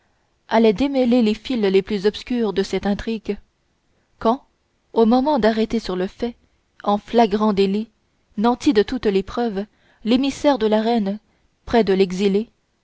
allait démêler les fils les plus obscurs de cette intrigue quand au moment d'arrêter sur le fait en flagrant délit nanti de toutes les preuves l'émissaire de la reine près de l'exilée